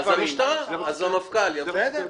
אז המשטרה תדווח, המפכ"ל יבוא לדווח.